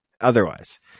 otherwise